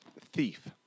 thief